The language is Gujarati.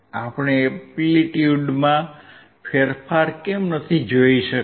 આપણે એમ્પ્લિટ્યુડમાં ફેરફાર કેમ નથી જોઈ શક્યા